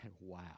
wow